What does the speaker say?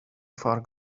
far